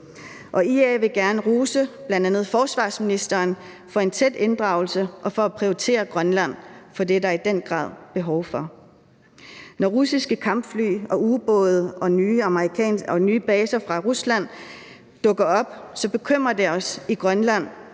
IA vil gerne rose bl.a. forsvarsministeren for en tæt inddragelse og for at prioritere Grønland, for det er der i den grad behov for. Når russiske kampfly og ubåde og nye baser fra Rusland dukker op, bekymrer det os i Grønland,